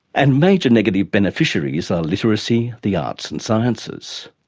and major negative beneficiaries are literacy, the arts and sciences.